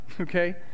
okay